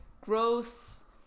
gross